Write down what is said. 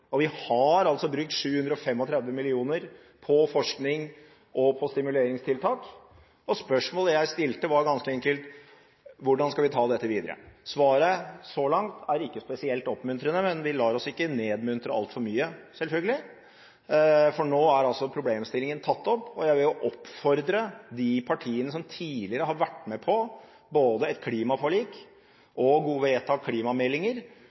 og vi har brukt 735 mill. kr på forskning og stimuleringstiltak. Spørsmålet jeg stilte, var ganske enkelt: Hvordan skal vi ta dette videre? Svaret så langt er ikke spesielt oppmuntrende, men vi lar oss ikke «nedmuntre» altfor mye, selvfølgelig, for nå er problemstillingen tatt opp, og jeg vil oppfordre de partiene og de representantene som tidligere har vært med på både et klimaforlik og å vedta klimameldinger,